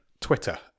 twitter